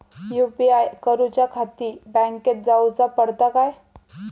UPI करूच्याखाती बँकेत जाऊचा पडता काय?